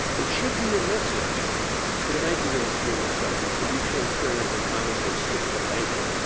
it should be a message to the banking industry in this country to be transparent and honest and stick to banking,